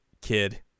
kid